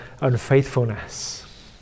unfaithfulness